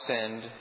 send